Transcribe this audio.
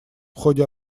ходе